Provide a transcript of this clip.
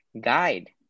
guide